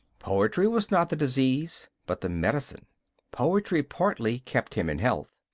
poetry was not the disease, but the medicine poetry partly kept him in health.